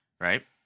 right